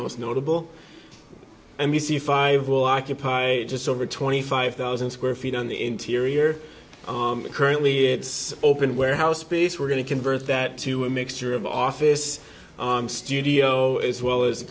most notable and the c five will occupy just over twenty five thousand square feet on the interior currently it's open warehouse space we're going to convert that to a mixture of office studio as well as